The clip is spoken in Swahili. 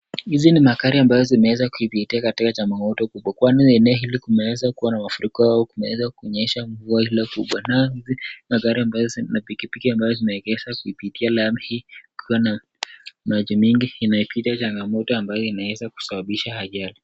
Hizi ni magari ambazo zimeweza kupitia katika changamoto kubwa. Kwani eneo hili limeweza kuwa na mafuriko au kumeweza kunyesha mvua ile kubwa na magari ambayo na pikipiki ambazo zinaweza kupitia eneo hili kukiwa na maji mengi inayopita changamoto ambayo inaweza kusababisha ajali.